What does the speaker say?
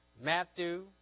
Matthew